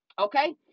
Okay